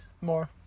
More